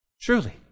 Truly